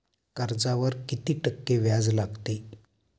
कर्जावर किती टक्के व्याज लागते?